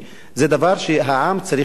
זה דבר שהעם צריך להוביל.